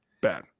Bad